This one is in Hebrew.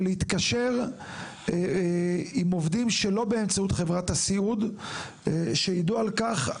של להתקשר עם עובדים שלא באמצעות חברת הסיעוד; שיידעו על כך.